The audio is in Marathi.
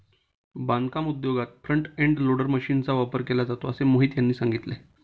बांधकाम उद्योगात फ्रंट एंड लोडर मशीनचा वापर केला जातो असे मोहित यांनी सांगितले